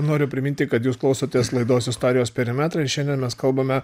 noriu priminti kad jūs klausotės laidos istorijos perimetrai šiandien mes kalbame